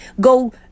go